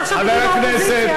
אתה עכשיו אתי באופוזיציה.